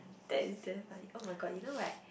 that is damn funny [oh]-my-god you know right